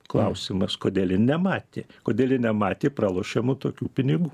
klausimas kodėl ji nematė kodėl ji nematė pralošiamų tokių pinigų